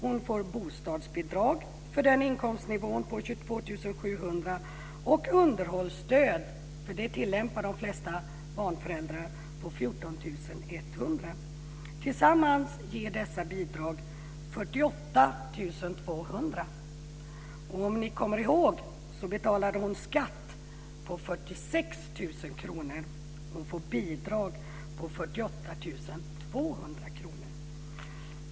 Hon får bostadsbidrag för sin inkomstnivå på 22 700 kr och underhållsstöd - för det tillämpar de flesta barnföräldrar - på 14 100 kr. Tillsammans ger dessa bidrag 48 200 kr. Som ni kommer ihåg betalade hon en skatt på 46 000 kr. Hon får bidrag på 48 200 kr.